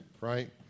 right